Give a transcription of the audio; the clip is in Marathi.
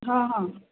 हां हां